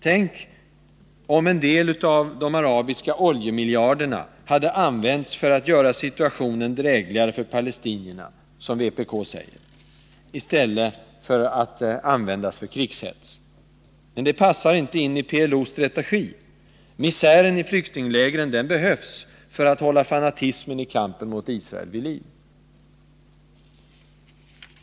Tänk om en del av de arabiska oljemiljarderna hade använts för att göra situationen drägligare för palestinierna, som vpk säger, i stället för att användas för krigshets! Men det passar inte in i PLO:s strategi. Misären i flyktinglägren behövs för att hålla fanatismen i kampen mot Israel vid liv.